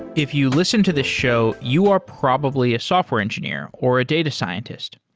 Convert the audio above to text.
if you listen to this show, you are probably a software engineer or a data scientist.